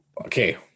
okay